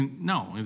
No